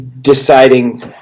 deciding